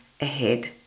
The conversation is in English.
ahead